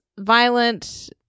Violent